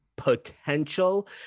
potential